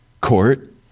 Court